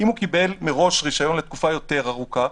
אם הוא קיבל מראש רישיון לתקופה יותר ארוכה,